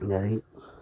एरै